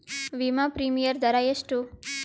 ವಿಮಾ ಪ್ರೀಮಿಯಮ್ ದರಾ ಎಷ್ಟು?